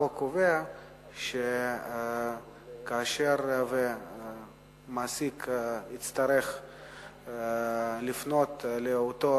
החוק קובע שכאשר המעסיק יצטרך לפנות לאותו